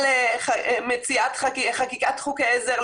על חקיקת חוקי עזר,